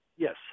Yes